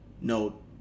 note